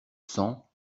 cent